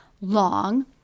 long